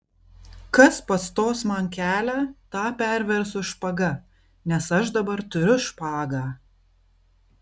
kas pastos man kelią tą perversiu špaga nes aš dabar turiu špagą